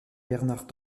bernard